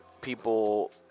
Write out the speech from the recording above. people